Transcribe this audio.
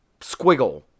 squiggle